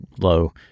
low